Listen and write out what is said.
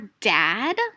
dad